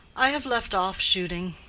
i have left off shooting.